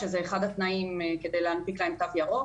שזה אחד התנאים כדי להנפיק להם תו ירוק.